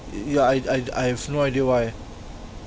yeah I have I have I have no idea why